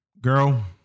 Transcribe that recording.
girl